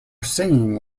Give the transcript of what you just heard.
singing